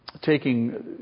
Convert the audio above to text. taking